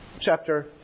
chapter